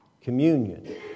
communion